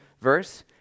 verse